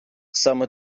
саме